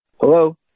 Hello